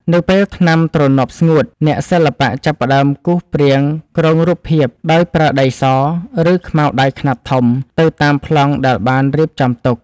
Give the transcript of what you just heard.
នៅពេលថ្នាំទ្រនាប់ស្ងួត អ្នកសិល្បៈចាប់ផ្ដើមគូសព្រាងគ្រោងរូបភាព ដោយប្រើដីស ឬខ្មៅដៃខ្នាតធំទៅតាមប្លង់ដែលបានរៀបចំទុក។